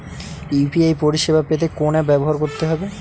UPI পরিসেবা পেতে কোন অ্যাপ ব্যবহার করতে হবে?